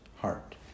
heart